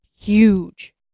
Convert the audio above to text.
huge